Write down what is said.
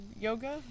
yoga